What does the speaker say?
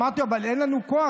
אמרתי לו: אבל אין לנו כוח.